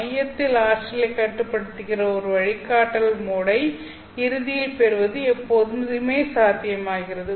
மையத்தில் ஆற்றலைக் கட்டுப்படுத்துகிற ஒரு வழிகாட்டல் மோடை இறுதியில் பெறுவது எப்போதுமே சாத்தியமாகிறது